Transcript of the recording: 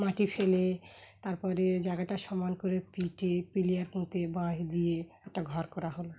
মাটি ফেলে তারপরে জায়গাটা সমান করে পিটিয়ে পিলার পুঁতে বাঁশ দিয়ে একটা ঘর করা হলো